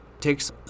takes